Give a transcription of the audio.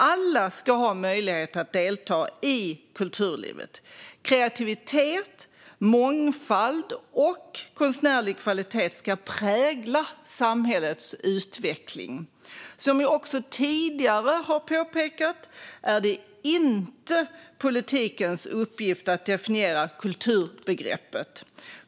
Alla ska ha möjlighet att delta i kulturlivet. Kreativitet, mångfald och konstnärlig kvalitet ska prägla samhällets utveckling. Som jag också tidigare har påpekat är det inte politikens uppgift att definiera kulturbegreppet.